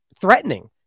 threatening